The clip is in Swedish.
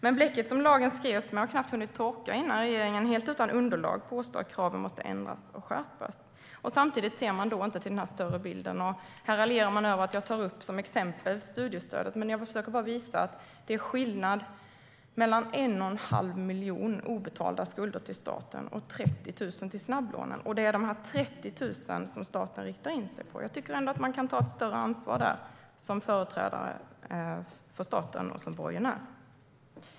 Men bläcket som lagen skrevs med har knappt hunnit torka innan regeringen helt utan underlag påstår att kraven måste ändras och skärpas. Samtidigt ser man inte till den större bilden. Här raljerar man över att jag som exempel tar upp studiestödet. Men jag försöker bara visa att det är skillnad mellan 1 1⁄2 miljon obetalda skulder till staten och 30 000 i fråga om snabblån. Det är dessa 30 000 som staten riktar in sig på. Jag tycker ändå att man kan ta ett större ansvar där som företrädare för staten och som borgenär.